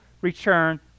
return